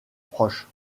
proche